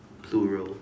plural